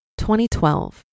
2012